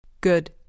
Good